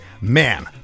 man